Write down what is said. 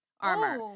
armor